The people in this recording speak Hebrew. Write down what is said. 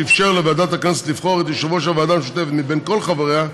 שאפשר לוועדת הכנסת לבחור את יושב-ראש הוועדה המשותפת מבין כל חבריה,